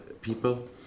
people